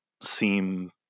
seem